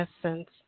essence